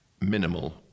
Minimal